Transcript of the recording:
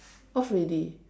off already